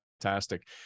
Fantastic